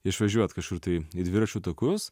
išvažiuot kažkur tai į dviračių takus